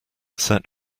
set